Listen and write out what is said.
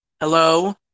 Hello